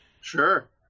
Sure